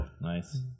Nice